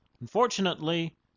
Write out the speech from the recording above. Unfortunately